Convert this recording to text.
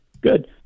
Good